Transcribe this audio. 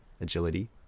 agility